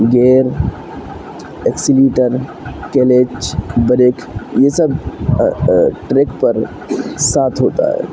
gear accelerator clutch brake یہ سب track پر ساتھ ہوتا ہے